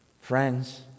Friends